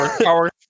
power